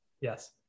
yes